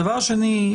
הדבר השני,